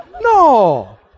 No